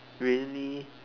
really